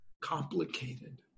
complicated